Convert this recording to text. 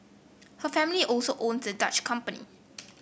her family also owns the Dutch company